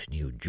New